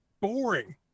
boring